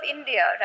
India